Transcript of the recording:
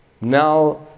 Now